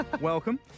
welcome